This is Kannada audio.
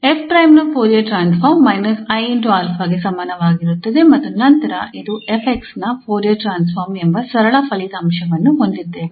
𝑓′ನ ಫೋರಿಯರ್ ಟ್ರಾನ್ಸ್ಫಾರ್ಮ್ −𝑖𝛼 ಗೆ ಸಮನಾಗಿರುತ್ತದೆ ಮತ್ತು ನಂತರ ಇದು 𝑓𝑥 ನ ಫೋರಿಯರ್ ಟ್ರಾನ್ಸ್ಫಾರ್ಮ್ ಎಂಬ ಸರಳ ಫಲಿತಾಂಶವನ್ನು ಹೊಂದಿದ್ದೇವೆ